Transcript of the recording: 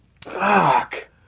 Fuck